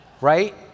Right